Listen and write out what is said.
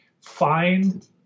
find